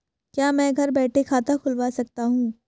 क्या मैं घर बैठे खाता खुलवा सकता हूँ?